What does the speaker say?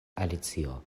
alicio